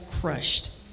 crushed